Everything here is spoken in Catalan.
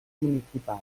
municipals